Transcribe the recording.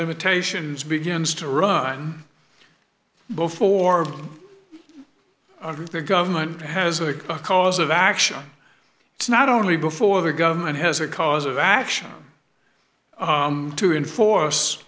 limitations begins to run before the government has a cause of action it's not only before the government has a cause of action to enforce